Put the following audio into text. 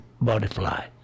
butterfly